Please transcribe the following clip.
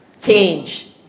Change